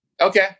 Okay